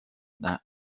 that